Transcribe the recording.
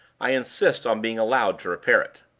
i insist on being allowed to repair it.